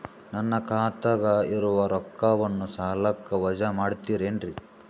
ನನ್ನ ಖಾತಗ ಇರುವ ರೊಕ್ಕವನ್ನು ಸಾಲಕ್ಕ ವಜಾ ಮಾಡ್ತಿರೆನ್ರಿ?